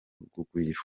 rugwiro